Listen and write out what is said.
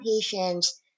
patients